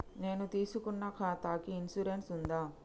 నేను తీసుకున్న ఖాతాకి ఇన్సూరెన్స్ ఉందా?